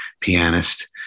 pianist